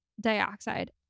dioxide